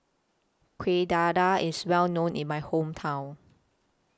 Kueh Dadar IS Well known in My Hometown